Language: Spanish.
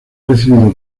recibido